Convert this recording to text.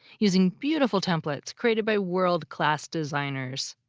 using beautiful templates created by world-class designers.